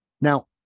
Now